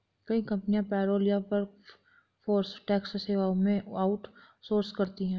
कई कंपनियां पेरोल या वर्कफोर्स टैक्स सेवाओं को आउट सोर्स करती है